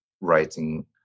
writing